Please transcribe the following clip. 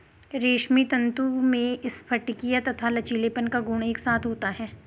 रेशमी तंतु में स्फटिकीय तथा लचीलेपन का गुण एक साथ होता है